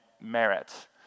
merit